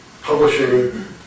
publishing